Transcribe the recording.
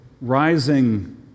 rising